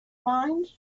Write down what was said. mind